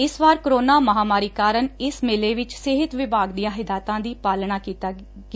ਇਸ ਵਾਰ ਕੋਰੋਨਾ ਮਹਾਂਮਾਰੀ ਕਾਰਨ ਇਸ ਮੇਲੇ ਵਿੱਚ ਸਿਹਤ ਵਿਭਾਗ ਦੀਆਂ ਹਦਾਇਤਾਂ ਦਾ ਪਾਲਣ ਕੀਤਾ ਗਿਆ